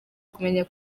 kumenya